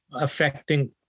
affecting